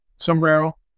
Sombrero